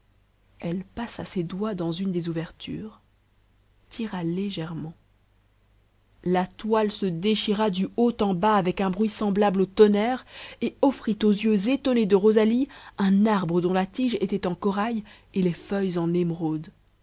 elle passa ses doigts dans une des ouvertures tira légèrement la toile se déchira du haut en bas avec un bruit semblable au tonnerre et offrit aux yeux étonnés de rosalie un arbre dont la tige était en corail et les feuilles en émeraudes